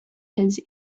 his